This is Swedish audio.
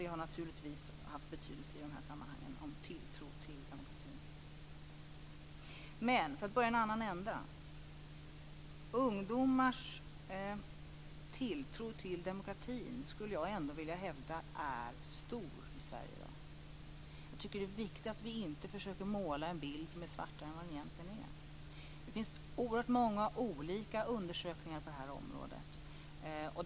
Det har naturligtvis haft betydelse för tilltron till demokratin. Men, för att börja i en annan ände, ungdomars tilltro till demokratin skulle jag ändå vilja hävda är stor i Sverige i dag. Det är viktigt att vi inte försöker måla en bild som är svartare än vad den egentligen är. Det finns oerhört många olika undersökningar på det här området.